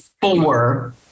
four